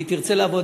היא תרצה לעבוד,